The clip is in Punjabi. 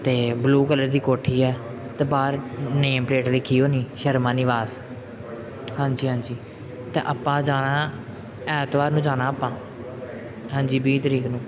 ਅਤੇ ਬਲੂ ਕਲਰ ਦੀ ਕੋਠੀ ਹੈ ਅਤੇ ਬਾਹਰ ਨੇਮ ਪਲੇਟ ਲਿਖੀ ਹੋਣੀ ਸ਼ਰਮਾ ਨਿਵਾਸ ਹਾਂਜੀ ਹਾਂਜੀ ਅਤੇ ਆਪਾਂ ਜਾਣਾ ਐਤਵਾਰ ਨੂੰ ਜਾਣਾ ਆਪਾਂ ਹਾਂਜੀ ਵੀਹ ਤਾਰੀਕ ਨੂੰ